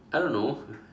I don't know